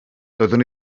doeddwn